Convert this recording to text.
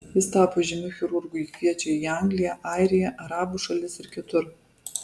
jis tapo žymiu chirurgu jį kviečia į angliją airiją arabų šalis ir kitur